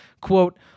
quote